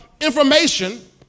information